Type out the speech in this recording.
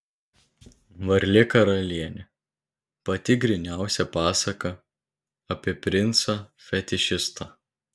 varlė karalienė pati gryniausia pasaka apie princą fetišistą